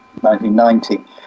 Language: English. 1990